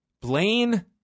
Blaine